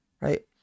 right